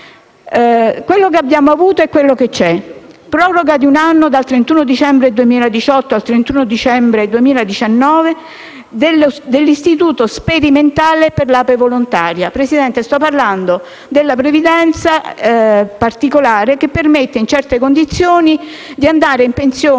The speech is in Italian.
Quello che abbiamo avuto è quello che c'è: proroga di un anno, dal 31 dicembre 2018 al 31 dicembre 2019, dell'istituto sperimentale dell'APE volontaria. Signor Presidente, sto parlando della previdenza particolare che permette, in certe condizioni, di andare in pensione